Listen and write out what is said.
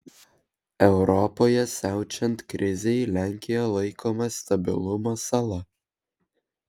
europoje siaučiant krizei lenkija laikoma stabilumo sala